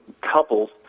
couples